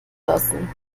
lassen